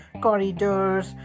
corridors